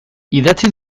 idatzi